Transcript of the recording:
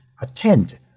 attend